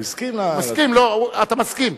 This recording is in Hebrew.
הוא הסכים, אתה מסכים.